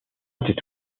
étaient